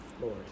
Lord